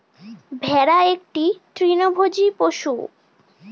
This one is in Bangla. ভেড়া একটি তৃণভোজী পশু